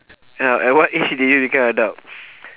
ya at what age did you become adult